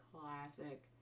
classic